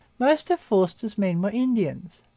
most of forster's men were indians.